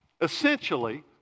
Essentially